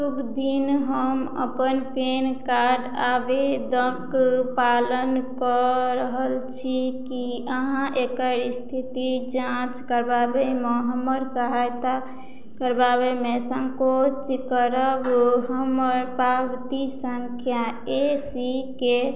शुभ दिन हम अपन पैन कार्ड आवेदक पालन कऽ रहल छी की अहाँ एकर स्थितिक जाँच कराबैमे हमर सहायता करबाबैमे संकोच करब हमर पावती संख्या ए सी के